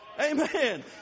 Amen